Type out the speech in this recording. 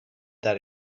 that